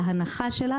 להנחה שלה,